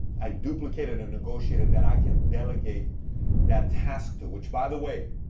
i duplicated a negotiator that i can delegate that task to. which, by the way,